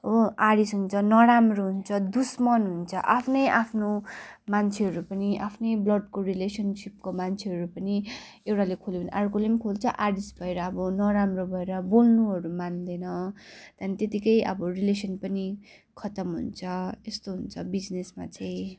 हो आरिस हुन्छ नराम्रो हुन्छ दुस्मन हुन्छ आफ्नै आफ्नो मान्छेहरू पनि आफ्नै ब्लडको रिलेसनसिपको मान्छेहरू पनि एउटाले खोल्यो भने अर्कोले पनि खोल्छ आरिस भएर अब नराम्रो भएर बोल्नुहरू मान्दैन त्यहाँदेखि त्यतिकै अब रिलेसन पनि खत्तम हुन्छ यस्तो हुन्छ बिजनेसमा चाहिँ